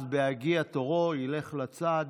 אז, בהגיע תורו, הוא ילך לצד,